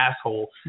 asshole